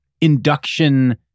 induction